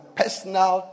personal